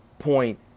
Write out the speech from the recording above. Point